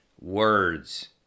Words